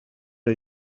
are